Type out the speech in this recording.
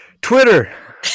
Twitter